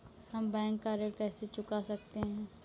हम बैंक का ऋण कैसे चुका सकते हैं?